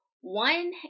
One